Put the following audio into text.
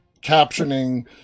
captioning